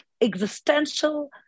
existential